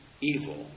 evil